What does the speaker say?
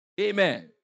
Amen